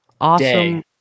Awesome